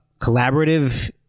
collaborative